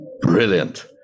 Brilliant